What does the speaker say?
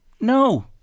No